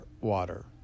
water